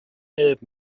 haired